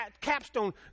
capstone